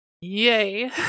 yay